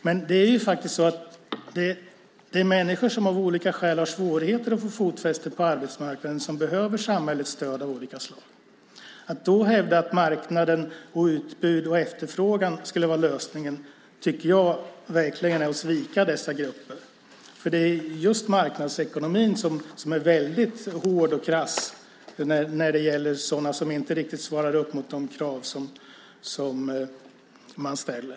Men det är de människor som av olika skäl har svårigheter att få fotfäste på arbetsmarknaden som behöver samhällets stöd av olika slag. Att hävda att marknaden och utbud och efterfrågan skulle vara lösningen tycker jag verkligen är att svika dessa grupper. Det är just marknadsekonomin som är väldigt hård och krass när det gäller sådana som inte riktigt svarar mot de krav som man ställer.